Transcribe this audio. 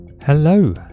Hello